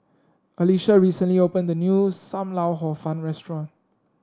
Alecia recently opened a new Sam Lau Hor Fun restaurant